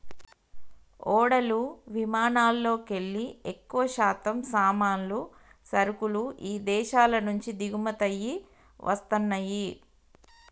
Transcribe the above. ఓడలు విమానాలల్లోకెల్లి ఎక్కువశాతం సామాన్లు, సరుకులు ఇదేశాల నుంచి దిగుమతయ్యి వస్తన్నయ్యి